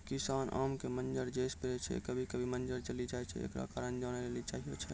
किसान आम के मंजर जे स्प्रे छैय कभी कभी मंजर जली जाय छैय, एकरो कारण जाने ली चाहेय छैय?